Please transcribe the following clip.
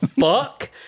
fuck